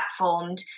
platformed